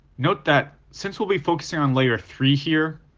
note that, since we'll be focusing on layer three here,